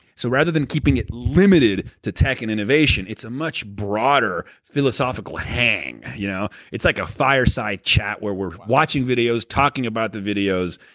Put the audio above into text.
so rather than keeping it limited to tech and innovation, it's a much broader, philosophical hang. you know. it's like a fire-side chat where we're watching videos, talking about the videos,